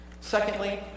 Secondly